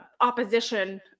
opposition